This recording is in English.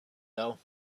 though